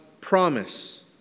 promise